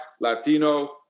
Latino